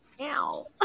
ow